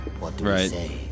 Right